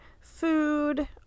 food